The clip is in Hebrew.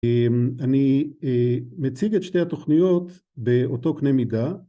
אני מציג את שתי התוכניות באותו קנה מידה